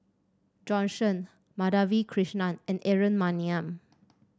Jorn Shen Madhavi Krishnan and Aaron Maniam